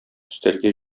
өстәлгә